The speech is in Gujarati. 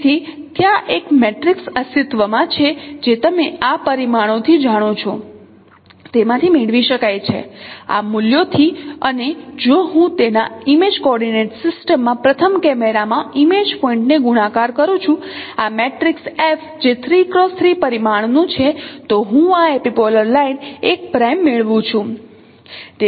તેથી ત્યાં એક મેટ્રિક્સ અસ્તિત્વમાં છે જે તમે આ પરિમાણોથી જાણો છો તેમાંથી મેળવી શકાય છે આ મૂલ્યોથી અને જો હું તેના ઇમેજ કોઓર્ડિનેંટ સિસ્ટમ માં પ્રથમ કેમેરામાં ઇમેજ પોઇન્ટ ને ગુણાકાર કરું છું આ મેટ્રિક્સ F જે પરિમાણનું છે તો હું આ એપિપોલર લાઈન l' મેળવુ છું